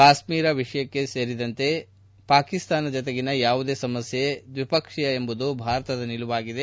ಕಾಶ್ಮೀರ ವಿಷಯ ಸೇರಿದಂತೆ ಪಾಕಿಸ್ತಾನದ ಜತೆಗಿನ ಯಾವುದೇ ಸಮಸ್ವೆ ಇದು ದ್ವಿಪಕ್ಷೀಯವೇ ಎಂಬುದು ಭಾರತದ ನಿಲುವಾಗಿದೆ